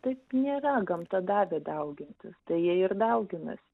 taip nėra gamta davė daugintis tai jie ir dauginasi